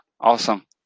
awesome